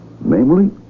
namely